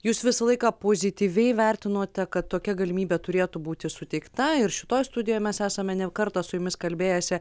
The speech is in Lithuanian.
jūs visą laiką pozityviai vertinote kad tokia galimybė turėtų būti suteikta ir šitoj studijoj mes esame ne kartą su jumis kalbėjęsi